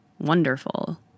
wonderful